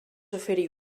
oferir